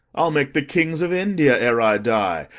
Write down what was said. i'll make the kings of india, ere i die,